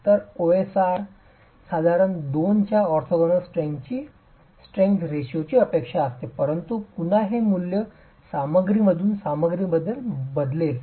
तर OSR OSR OSR OSR साधारणत 2 च्या ऑर्थोगोनल स्ट्रेंथ रेश्योची अपेक्षा असते परंतु पुन्हा हे मूल्य सामग्रीमधून सामग्रीमध्ये बदलेल